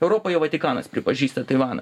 europoje vatikanas pripažįsta taivaną